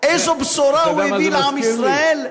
איזו בשורה הוא הביא לעם ישראל?